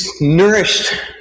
nourished